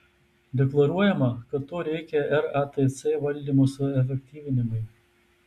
deklaruojama kad to reikia ratc valdymo suefektyvinimui